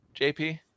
JP